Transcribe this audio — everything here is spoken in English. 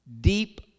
deep